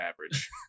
average